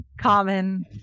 common